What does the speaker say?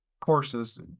courses